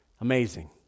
Amazing